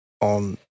on